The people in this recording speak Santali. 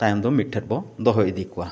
ᱛᱟᱭᱚᱢ ᱫᱚ ᱢᱤᱫᱴᱷᱮᱱ ᱵᱚ ᱫᱚᱦᱚ ᱤᱫᱤ ᱠᱚᱣᱟ